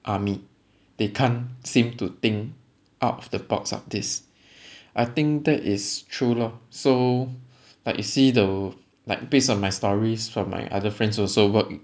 army they can't seem to think out of the box of this I think that is true lor so like you see the like based on my stories from my other friends also work